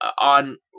on